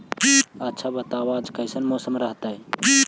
आच्छा बताब आज कैसन मौसम रहतैय?